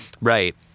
Right